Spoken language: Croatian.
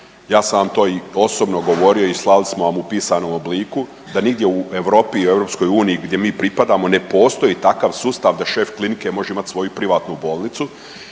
Ja sam vam to i osobno govorio i slali smo vam u pisanom obliku da nigdje u Europi i Europskoj uniji gdje mi pripadamo ne postoji takav sustav da šef klinike može imati svoju privatnu bolnicu